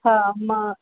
हा मां